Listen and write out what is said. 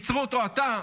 עצרו אותו אתה,